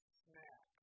snack